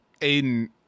Aiden